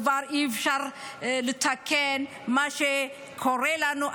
כבר אי-אפשר לתקן מה שקורה לנו,